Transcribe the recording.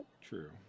True